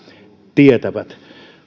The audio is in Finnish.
tietävät